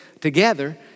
together